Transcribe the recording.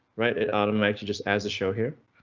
right it automatically just as a show here,